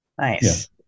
nice